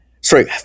sorry